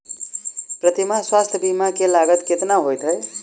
प्रति माह स्वास्थ्य बीमा केँ लागत केतना होइ है?